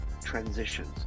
transitions